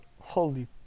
Holy